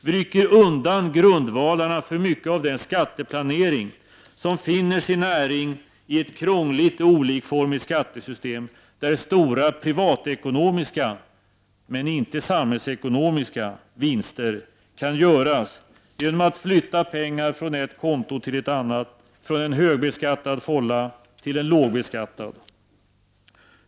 Vi rycker undan grundvalarna för mycket av den skatteplanering som finner sin näring i ett krångligt och olikformigt skattesystem, där stora privatekonomiska — men inte samhällsekonomiska — vinster kan göras genom att flytta pengar från ett konto till ett annat, från en högbeskattad fålla till en lågbeskattad.